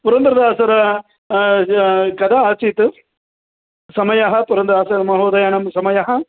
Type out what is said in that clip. पुरन्दरसर कदा आसीत् समयः पुरन्दरसरमहोदयस्य समयः